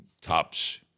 tops